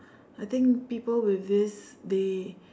I think people with this they